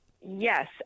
Yes